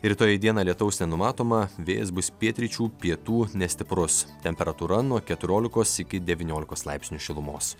rytoj dieną lietaus nenumatoma vėjas bus pietryčių pietų nestiprus temperatūra nuo keturiolikos iki devyniolikos laipsnių šilumos